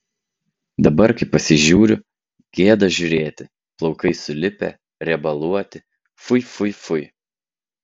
dabar kai pasižiūriu gėda žiūrėti plaukai sulipę riebaluoti fui fui fui